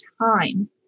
time